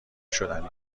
شدنی